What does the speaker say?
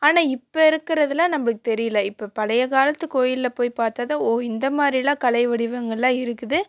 ஆனால் இப்போ இருக்கிறதுல நம்மளுக்கு தெரியல இப்போ பழையக்காலத்து கோவில்ல போய் பார்த்தாதான் ஓ இந்தமாதிரிலாம் கலை வடிவங்களெலாம் இருக்குது